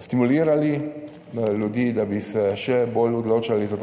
stimulirali ljudi, da bi se še bolj odločali za